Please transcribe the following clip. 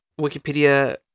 Wikipedia